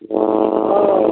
ओ